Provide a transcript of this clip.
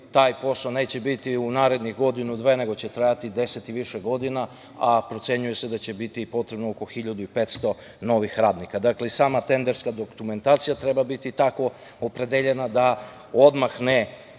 Taj posao neće biti u narednih godinu, dve, nego će trajati deset i više godina, a procenjuje se da će biti potrebno oko 1500 novih radnika. Dakle, i sama tenderska dokumentacija treba biti tak opredeljena, da da